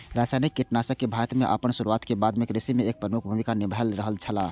रासायनिक कीटनाशक भारत में आपन शुरुआत के बाद से कृषि में एक प्रमुख भूमिका निभाय रहल छला